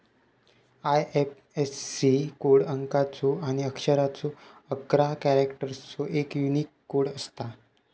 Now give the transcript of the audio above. IFSC code अंकाचो आणि अक्षरांचो अकरा कॅरेक्टर्सचो एक यूनिक कोड असता